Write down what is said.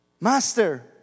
Master